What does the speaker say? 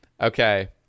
Okay